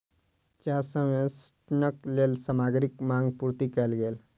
चाह संवेष्टनक लेल सामग्रीक मांग पूर्ति कयल गेल